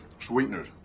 sweeteners